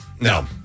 No